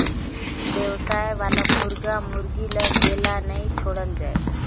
बेवसाय वाला मुरगा मुरगी ल हेल्ला नइ छोड़ल जाए